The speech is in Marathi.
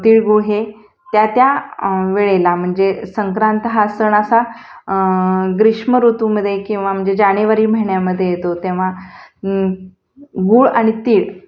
तिळगुळ हे त्या त्या वेळेला म्हणजे संक्रांत हा सण असा ग्रीष्म ऋतूमध्ये किंवा म्हणजे जानेवारी महिन्यामध्ये येतो तेव्हा गुळ आणि तीळ